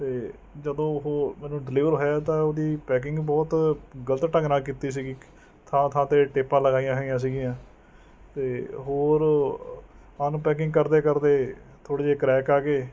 ਅਤੇ ਜਦੋਂ ਉਹ ਮੈਨੂੰ ਡਿਲੀਵਰ ਹੋਇਆ ਤਾਂ ਉਹਦੀ ਪੈਕਿੰਗ ਬਹੁਤ ਗਲਤ ਢੰਗ ਨਾਲ਼ ਕੀਤੀ ਸੀਗੀ ਥਾਂ ਥਾਂ 'ਤੇ ਟੇਪਾਂ ਲਗਾਈਆਂ ਹੋਈਆਂ ਸੀਗੀਆਂ ਅਤੇ ਹੋਰ ਅਨਪੈਕਿੰਗ ਕਰਦੇ ਕਰਦੇ ਥੋੜ੍ਹੇ ਜਿਹੇ ਕਰੈਕ ਆ ਗਏ